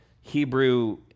Hebrew